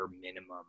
minimum